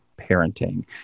Parenting